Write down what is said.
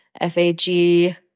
FAG